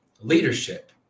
leadership